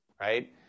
right